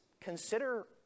consider